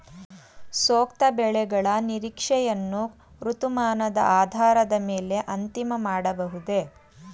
ಸೂಕ್ತ ಬೆಳೆಗಳ ನಿರೀಕ್ಷೆಯನ್ನು ಋತುಮಾನದ ಆಧಾರದ ಮೇಲೆ ಅಂತಿಮ ಮಾಡಬಹುದೇ?